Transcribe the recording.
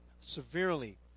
severely